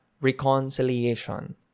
reconciliation